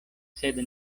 sed